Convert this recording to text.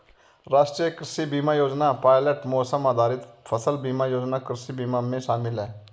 राष्ट्रीय कृषि बीमा योजना पायलट मौसम आधारित फसल बीमा योजना कृषि बीमा में शामिल है